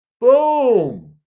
Boom